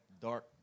dark